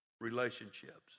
relationships